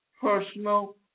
personal